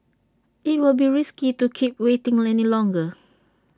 IT will be risky to keep waiting any longer